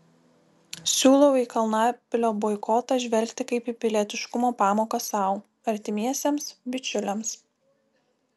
siūlau į kalnapilio boikotą žvelgti kaip į pilietiškumo pamoką sau artimiesiems bičiuliams